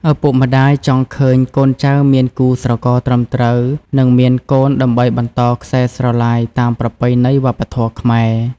ឪពុកម្ដាយចង់ឃើញកូនចៅមានគូស្រករត្រឹមត្រូវ និងមានកូនដើម្បីបន្តខ្សែស្រឡាយ តាមប្រពៃណីវប្បធម៌ខ្មែរ។